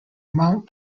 mount